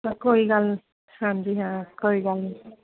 ਕੋਈ ਗੱਲ ਨੀ ਹਾਂਜੀ ਹਾਂ ਕੋਈ ਗੱਲ ਨੀ